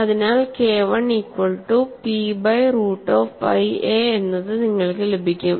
അതിനാൽ KI equal to P by root of pi a എന്ന് നിങ്ങൾക്ക് ലഭിക്കും